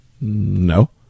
No